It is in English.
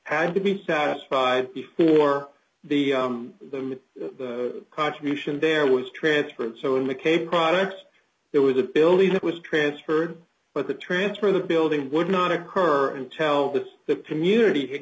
had to be satisfied before the contribution there was transferred so in mccabe products there was a building that was transferred but the transfer of the building would not occur and tell this the community